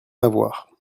avoir